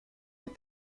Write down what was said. les